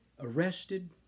arrested